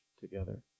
together